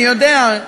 אני יודע,